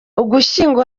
ugushyingo